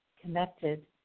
connected